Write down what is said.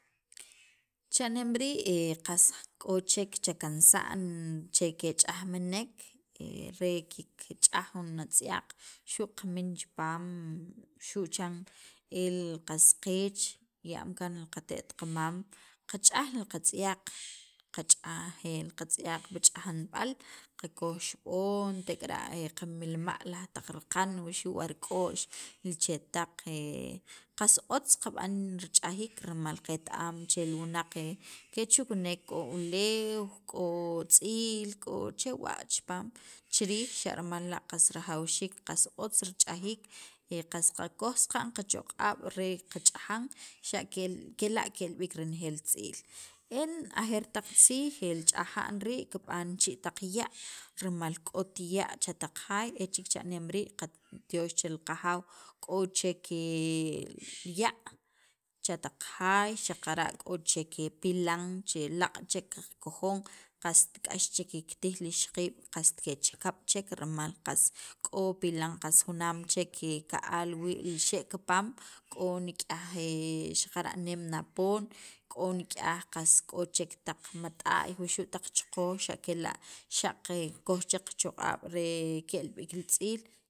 Cha'nem rii' qas k'o chek chkansa'n che kech'ajmenek re kikch'aj jun azt'yaq xu' qamin chipaam xu' chan el qas qeech ya'm kaan qate't qamam qach'aj li qatz'yaq qach'aj li qatz'ay pil qach'ajanb'al qakoj xib'on tek'ara' qamilma' taq raqan wuxu' wa rik'o'x li chetaq qas otz qab'an rich'ajiik rimal qet- am che li wunaq kechukneem k'o uleew, k'o tz'iil, k'o chewa' chipaam chi riij xa' rimal la' qas rajawxiik otz rich'ajiik qas qakoj saqa'n qach'oq'ab' re qach'ajan xa' kela' ke'l b'iik renejeel tz'iil, el ajeer taq tziij li ch'aja'n rii' kib'an chii' taq ya' rimal k'ot ya' cha taq jaay e cha'neem rii' qa tyoox chel qajaaw k'o chek li ya' cha taq jaay xaqara' k'o chek pilan che laaq' chek qakojon qast k'ax chek kiktij li ixaqiib' qast kechakab' chek rimal qas k'o pilan junaam chek ka'al wii' xe' kipaam k'o nik'yaj e nem na poon, k'o nik'yaj qas k'o chek taq mat'a'y wuxu' taq choqoj xa' kela' xa' qakoj chek choq'ab' re ke'l b'iik li tz'iil.